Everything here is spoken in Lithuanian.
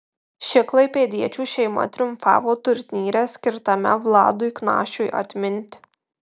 ši klaipėdiečių šeima triumfavo turnyre skirtame vladui knašiui atminti